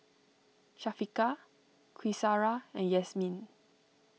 Syafiqah Qaisara and Yasmin